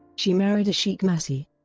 she married ashiq masih,